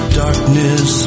darkness